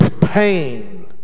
pain